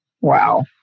Wow